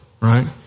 right